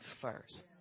first